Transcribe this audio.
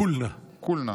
כֻּלנה.